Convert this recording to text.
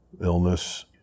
illness